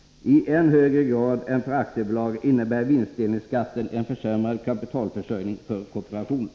I än högre grad än för aktiebolag innebär vinstdelningsskatten en försämrad kapitalförsörjning för kooperationen.